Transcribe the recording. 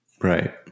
Right